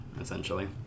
essentially